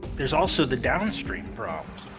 there's also the downstream problem.